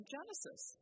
Genesis